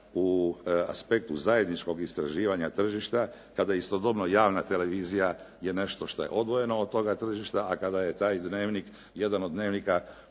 u aspektu zajedničkog istraživanja tržišta kada istodobno javna televizija je nešto što je odvojeno od toga tržišta, a kada je taj dnevnik, jedan od dnevnika